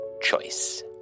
choice